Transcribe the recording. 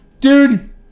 Dude